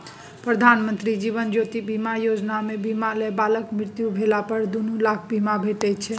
प्रधानमंत्री जीबन ज्योति बीमा योजना मे बीमा लय बलाक मृत्यु भेला पर दु लाखक बीमा भेटै छै